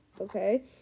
okay